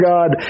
God